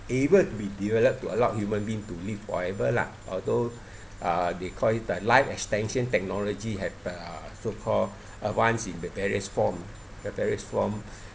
able to be developed to allow human being to live forever lah or those uh they call it the life extension technology had uh so called advanced in the various form the various from